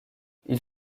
ils